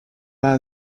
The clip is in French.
pas